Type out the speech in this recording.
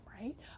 right